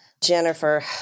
Jennifer